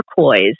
turquoise